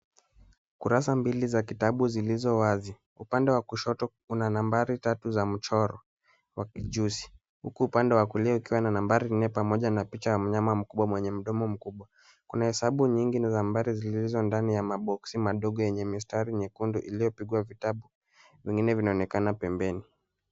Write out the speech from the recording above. Kurasa mbili za kitabu zilizowazi. Upande wa kushoto kuna nambari tatu za mchoro wa kijusi huku upande wa kulia ukiwa na nambari nne pamoja na picha ya mnyama mkubwa mwenye mdomo mkubwa. Kuna hesabu nyingi na nambari zilizo ndani ya maboksi madogo yenye mistari nyekundu iliyopigwa vitabu vingine vinaonekana pembeni.